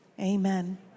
amen